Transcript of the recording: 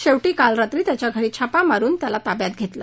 शेवटी काल रात्री त्याच्या घरी छापा मारुन त्याला ताब्यात घेतलं